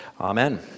Amen